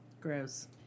Gross